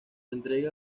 entrega